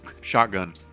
shotgun